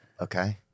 Okay